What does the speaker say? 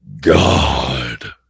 God